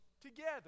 together